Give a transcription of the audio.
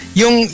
yung